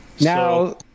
Now